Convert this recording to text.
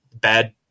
bad